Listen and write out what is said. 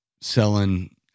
selling